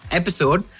episode